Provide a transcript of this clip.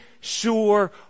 sure